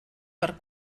per